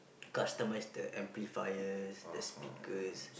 customise the amplifiers the speakers